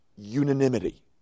unanimity